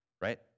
right